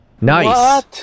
Nice